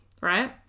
right